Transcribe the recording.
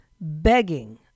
begging